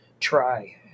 try